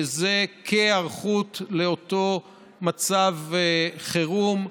וזה כהיערכות לאותו מצב חירום,